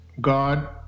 God